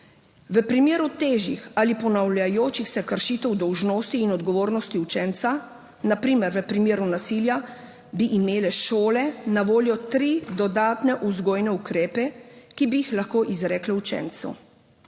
V primeru težjih ali ponavljajočih se kršitev dolžnosti in odgovornosti učenca, na primer v primeru nasilja, bi imele šole na voljo tri dodatne vzgojne ukrepe, ki bi jih lahko izrekle učencu.